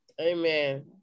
amen